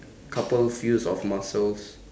couple of muscles